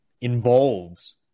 involves